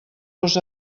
los